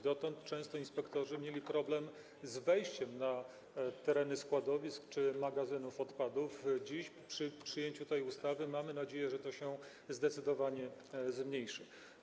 Dotąd często inspektorzy mieli problem z wejściem na tereny składowisk czy magazynów odpadów, dziś po przyjęciu tej ustawy mamy nadzieję, że ten problem się zdecydowanie zmniejszy.